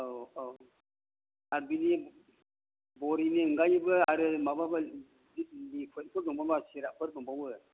औ औ दा बिनि बरिनि अनगायैबो आरो माबाफोर लिकुइट फोर दंबावो नामा सिरापफोर दंबावो